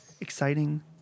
exciting